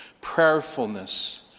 Prayerfulness